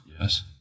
Yes